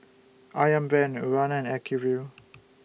Ayam Brand Urana and Acuvue